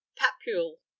papule